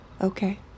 Okay